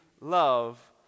love